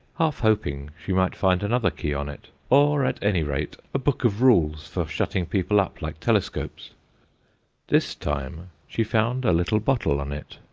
half hoping she might find another key on it, or at any rate a book of rules for shutting people up like telescopes this time she found a little bottle on it,